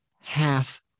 half